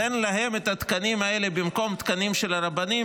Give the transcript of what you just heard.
תן להם את התקנים האלה במקום תקנים של הרבנים.